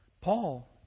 Paul